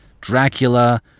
Dracula